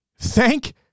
Thank